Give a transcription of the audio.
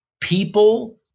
people